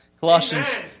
Colossians